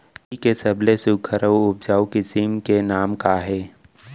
तिलि के सबले सुघ्घर अऊ उपजाऊ किसिम के नाम का हे?